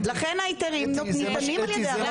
לכן ההיתרים ניתנים על ידי הרשות